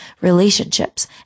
relationships